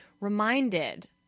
reminded